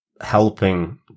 helping